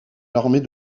l’armée